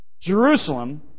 Jerusalem